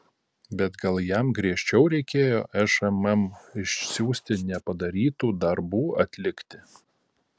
bet gal jam griežčiau reikėjo šmm išsiųsti nepadarytų darbų atlikti